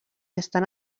estan